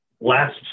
last